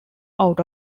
out